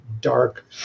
dark